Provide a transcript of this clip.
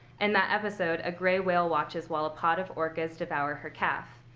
and that episode, a gray whale watches while a pod of orcas devour her calf.